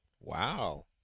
Wow